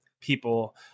people